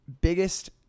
Biggest